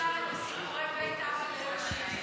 אפשר את סיפורי בית אבא ליום שני.